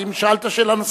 האם יש שאלות נוספות?